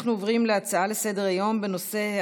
אנחנו עוברים להצעה לסדר-היום בנושא: